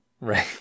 Right